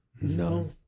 No